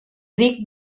dic